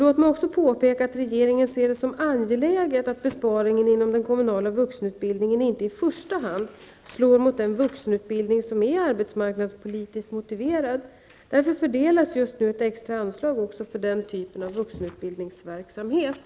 Låt mig också påpeka att regeringen ser det som angeläget att besparingen inom den kommunala vuxenutbildningen inte i första hand slår mot den vuxenutbildning som är arbetsmarknadspolitiskt motiverad. Därför fördelas just nu ett extra anslag för denna typ av vuxenutbildningsverksamhet.